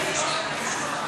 סעיפים